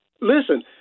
Listen